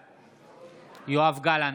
בעד יואב גלנט,